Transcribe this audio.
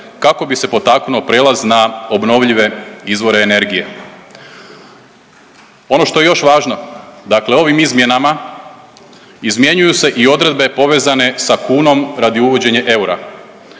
kako bi se potaknuo prijelaz na obnovljive izvore energije. Ono što je još važno, dakle ovim izmjenama izmjenjuju se i odredbe povezane sa kunom radi uvođenja eura.